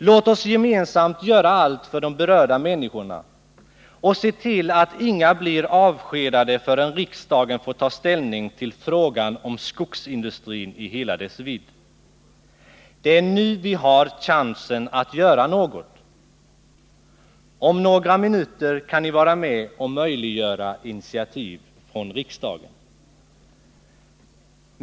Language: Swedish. Låt oss gemensamt göra allt för de berörda människorna och se till att inga blir avskedade förrän riksdagen har fått ta ställning till frågan om skogsindustrin i hela dess vidd. Det är nu vi har chansen att göra något — om några minuter kan ni vara med och möjliggöra initiativ från riksdagen.